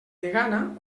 degana